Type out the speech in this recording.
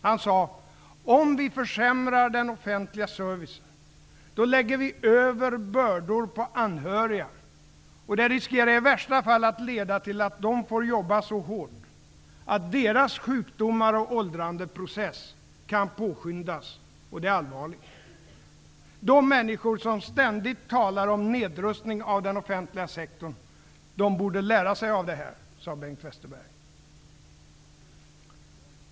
Han sade: ''Om vi försämrar den offentliga servicen, då lägger vi över bördor på anhöriga, och det riskerar i värsta fall att leda till att de får jobba så hårt att deras sjukdomar eller åldrandeprocess kan påskyndas och det är allvarligt. -- De människor som ständigt talar om nedrustning av den offentliga sektorn, de borde lära sig av det här.''